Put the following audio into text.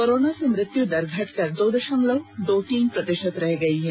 corona से मृत्यू दर घटकर दो दशमलव दो तीन प्रतिशत रह गई है